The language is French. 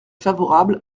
favorable